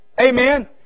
Amen